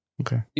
Okay